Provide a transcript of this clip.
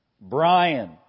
Brian